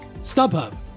StubHub